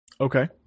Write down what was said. Okay